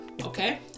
okay